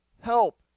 help